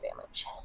damage